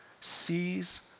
sees